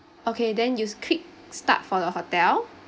okay then you click start for the hotel